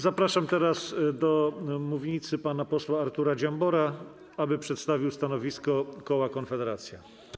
Zapraszam na mównicę pana posła Artura Dziambora, aby przedstawił stanowisko koła Konfederacja.